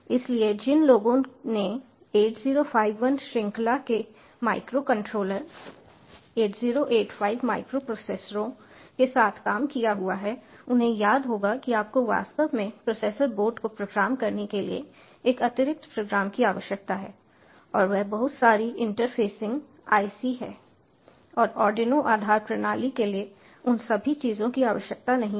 इसलिए जिन लोगों ने 8051 श्रृंखला के माइक्रोकंट्रोलर 8085 माइक्रोप्रोसेसरों के साथ काम किया हुआ है उन्हें याद होगा कि आपको वास्तव में प्रोसेसर बोर्ड को प्रोग्राम करने के लिए एक अतिरिक्त प्रोग्रामर की आवश्यकता है और वे बहुत सारी इंटरफेसिंग IC हैं और आर्डिनो आधार प्रणाली के लिए उन सभी चीजों की आवश्यकता नहीं है